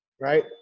right